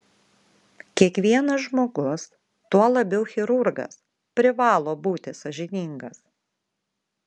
kiekvienas žmogus tuo labiau chirurgas privalo būti sąžiningas